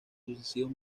sucesivos